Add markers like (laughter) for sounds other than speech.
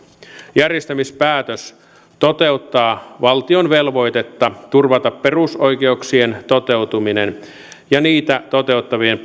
järjestämispäätös toteuttaa valtion velvoitetta turvata perusoikeuksien toteutuminen ja niitä toteuttavien (unintelligible)